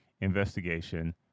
investigation